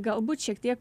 galbūt šiek tiek